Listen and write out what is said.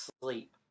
sleep